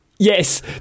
Yes